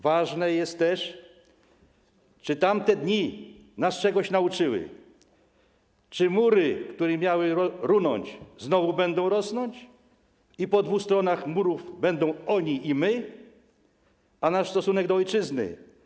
Ważne jest też, czy tamte dni nas czegoś nauczyły, czy mury, które miały runąć, znowu będą rosnąć i czy po dwóch stronach murów będzie: to oni, a to my, a nasz stosunek do ojczyzny.